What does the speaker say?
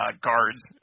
guards